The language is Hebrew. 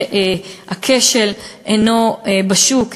הכשל אינו בשוק,